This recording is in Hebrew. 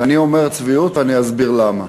ואני אומר צביעות ואני אסביר למה.